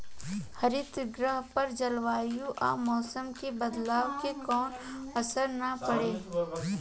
हरितगृह पर जलवायु आ मौसम के बदलाव के कवनो असर ना पड़े